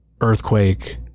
Earthquake